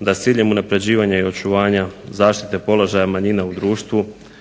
da s ciljem unapređivanja i očuvanja zaštite položaja manjine u društvu